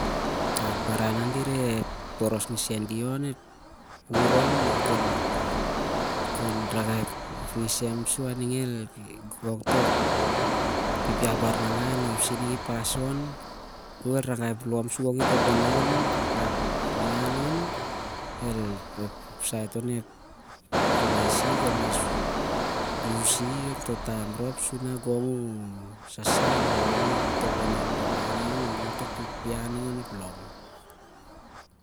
Ep baran na di- reh boros ngisen di- on ep, khon ragai ep ngisem sur gong tok pipia baran nangan o- i- pas on apel ragai em lom sur gong i- tobonon ap ningan on ep saet anep ruami sasam ol mas khep i- on- toh taem rhop gong u sasam o gong ep tobonon baran goh ting an lom.